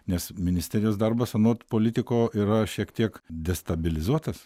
nes ministerijos darbas anot politiko yra šiek tiek destabilizuotas